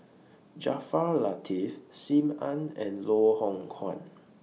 Jaafar Latiff SIM Ann and Loh Hoong Kwan